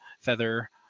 Feather